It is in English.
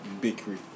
bakery